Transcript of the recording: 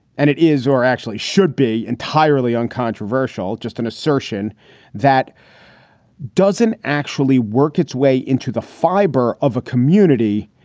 and it is or actually should be entirely uncontroversial, just an assertion that doesn't actually work its way into the fiber of a community.